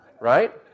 Right